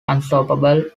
unstoppable